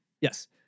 yes